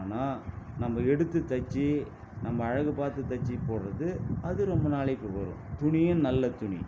ஆனால் நம்ம எடுத்து தைச்சி நம்ம அழகு பார்த்து தைச்சி போடுறது அது ரொம்ப நாளைக்கு வரும் துணியும் நல்ல துணி